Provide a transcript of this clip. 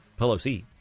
Pelosi